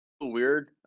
Weird